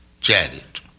chariot